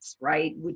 right